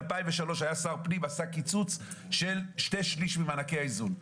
ב-2003 היה שר פנים שעשה קיצוץ של שני שליש ממענקי האיזון,